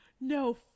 no